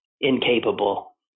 incapable